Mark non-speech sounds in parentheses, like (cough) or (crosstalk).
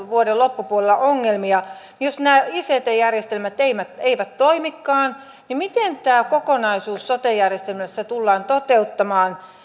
(unintelligible) vuoden kaksituhattakahdeksantoista loppupuolella ongelmia ja nämä ict järjestelmät eivät eivät toimikaan niin miten tämä kokonaisuus sote järjestelmässä tullaan toteuttamaan